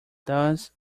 thus